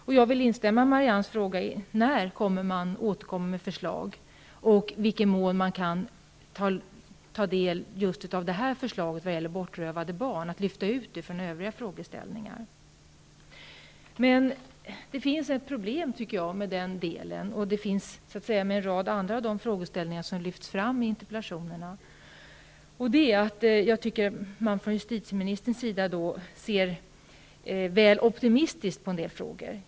Jag vill också instämma i Marianne Jönssons fråga: När kommer regeringen med förslag, och kan man lyfta ut frågan om bortrövande av barn från övriga frågeställningar? Men det finns ett problem, tycker jag med den delen och med en rad av de andra frågeställningar som lyfts fram i interpellationerna, och det är att justitieministern ser väl optimistiskt på en del frågor.